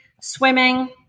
swimming